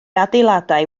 adeiladau